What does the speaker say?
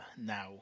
now